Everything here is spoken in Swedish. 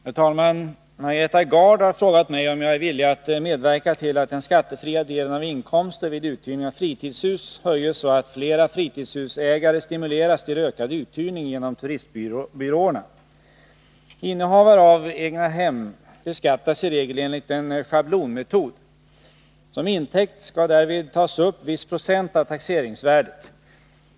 Herr talman! Margareta Gard har frågat mig om jag är villig att medverka till att den skattefria delen av inkomster vid uthyrning av fritidshus höjs, så att flera fritidshusägare stimuleras till ökad uthyrning genom turistbyråerna. Innehavare av egnahem beskattas i regel enligt en schablonmetod. Som intäkt skall därvid tas upp viss procent av taxeringsvärdet.